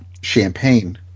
champagne